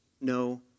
No